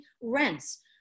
rents